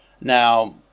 Now